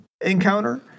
encounter